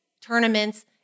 tournaments